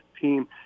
team